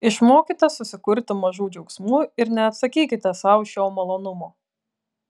išmokite susikurti mažų džiaugsmų ir neatsakykite sau šio malonumo